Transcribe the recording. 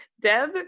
Deb